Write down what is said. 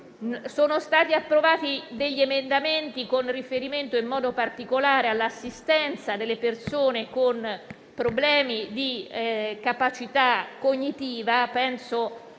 Sono stati approvati degli emendamenti, con riferimento in modo particolare all'assistenza delle persone con problemi di capacità cognitiva